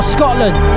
Scotland